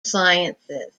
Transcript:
sciences